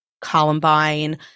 Columbine